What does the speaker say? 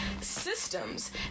systems